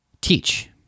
teach